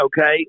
okay